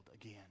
again